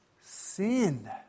sin